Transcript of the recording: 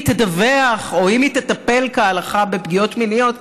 תדווח או אם היא תטפל כהלכה בפגיעות מיניות.